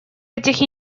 этих